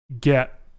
Get